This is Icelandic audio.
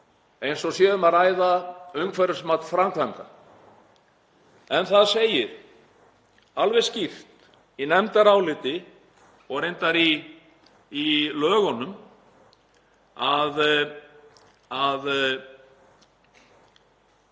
eins og um sé að ræða umhverfismat framkvæmda en það segir alveg skýrt í nefndaráliti og reyndar í lögunum að